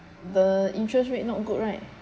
the interest rate not good right